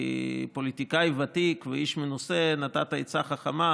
כפוליטיקאי ותיק ואיש מנוסה נתת עצה חכמה,